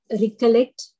recollect